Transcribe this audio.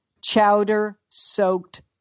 Chowder-soaked